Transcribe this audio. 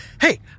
Hey